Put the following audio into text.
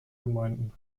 gemeinden